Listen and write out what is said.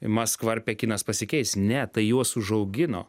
maskva ar pekinas pasikeis ne tai juos užaugino